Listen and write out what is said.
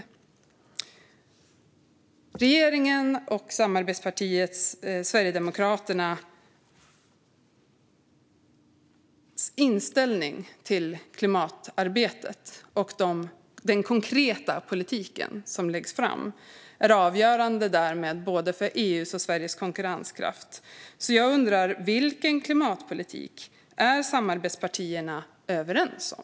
Regeringens och samarbetspartiet Sverigedemokraternas inställning till klimatarbetet och den konkreta politiken som läggs fram är avgörande både för EU:s och Sveriges konkurrenskraft. Jag undrar: Vilken klimatpolitik är samarbetspartierna överens om?